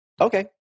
okay